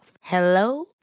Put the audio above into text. Hello